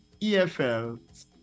EFL